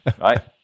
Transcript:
right